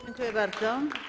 Dziękuję bardzo.